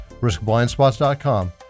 riskblindspots.com